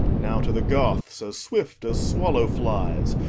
now to the goths, as swift as swallow flies,